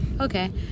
okay